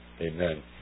amen